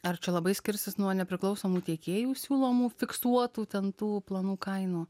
ar čia labai skirsis nuo nepriklausomų tiekėjų siūlomų fiksuotų ten tų planų kainų